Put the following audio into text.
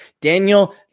Daniel